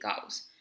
goals